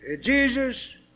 Jesus